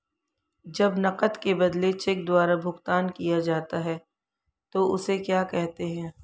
जब नकद के बदले चेक द्वारा भुगतान किया जाता हैं उसे क्या कहते है?